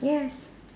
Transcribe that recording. yes